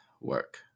work